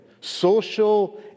Social